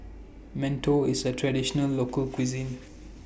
mantou IS A Traditional Local Cuisine